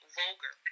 vulgar